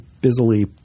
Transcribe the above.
busily